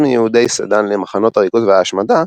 מיהודי סדאן למחנות הריכוז וההשמדה,